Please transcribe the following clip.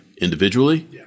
individually